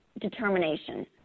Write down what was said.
determination